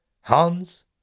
Hans